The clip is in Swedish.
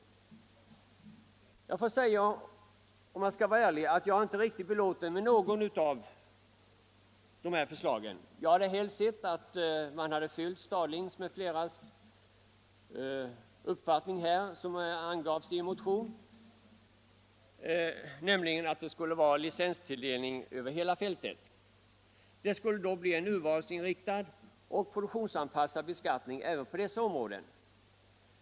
Om jag skall vara ärlig måste jag säga att jag inte är riktigt belåten med något av dessa förslag. Jag hade helst sett att man hade följt det förslag herr Stadling och andra framfört i en motion om licenstilldelning över hela fältet. Därmed skulle man få en rätt urvalsinriktad och produktionsanpassad beskattning även på dessa områden.